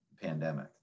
pandemic